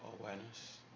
awareness